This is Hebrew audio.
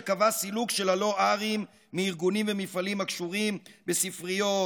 שקבע סילוק של הלא-ארים מארגונים ומפעלים הקשורים בספריות,